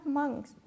monks